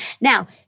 Now